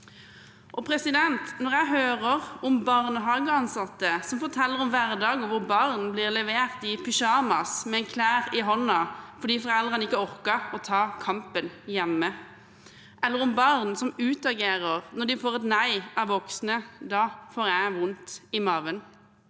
våre godt. Når jeg hører om barnehageansatte som forteller om hverdager hvor barn blir levert i pyjamas og med klær i hånden fordi foreldrene ikke orker å ta kampen hjemme, eller om barn som utagerer når de får et nei fra voksne, da får jeg vondt i magen.